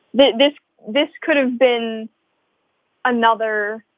but this this could have been another